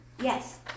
Yes